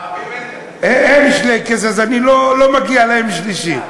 לערבים אין, אין שלייקעס, אז לא מגיע להם שלישי.